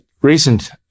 recent